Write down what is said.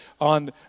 on